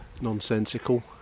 nonsensical